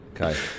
Okay